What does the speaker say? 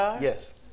Yes